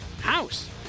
house